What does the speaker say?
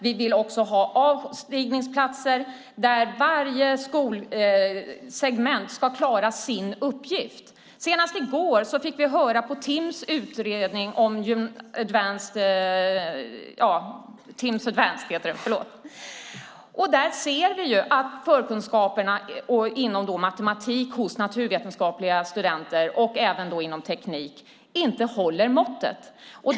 Vi vill ha avstigningsplatser där varje skolsegment ska klara sin uppgift. Senast i går fick vi utredningen Timss Advanced. Där ser vi att förkunskaperna inom matematik hos studenter i naturvetenskapliga ämnen och teknik inte håller måttet.